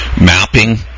mapping